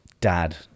dad